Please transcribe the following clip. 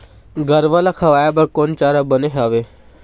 गरवा रा खवाए बर कोन चारा बने हावे?